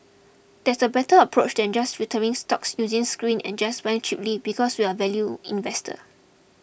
that's a better approach than just filtering stocks using screens and just buying cheaply because we're value investors